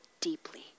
deeply